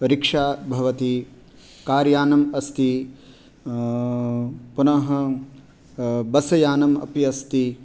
rickshaw भवति कार्यानमस्ति पुनः बस्यानमपि अस्ति